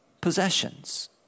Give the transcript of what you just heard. possessions